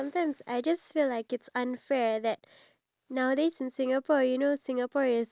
not even one storey high there's elevators for people with wheelchair